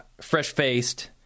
fresh-faced